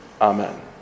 Amen